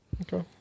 Okay